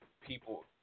people